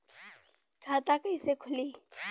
खाता कईसे खुली?